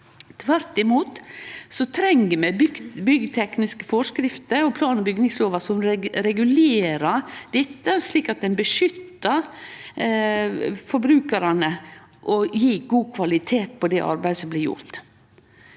Tvert imot treng vi byggtekniske forskrifter og plan- og bygningslova, som regulerer dette slik at ein beskyttar forbrukarane og det blir god kvalitet på arbeidet som blir gjort.